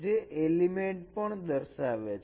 જે એલિમેન્ટ પણ દર્શાવે છે